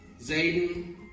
Zayden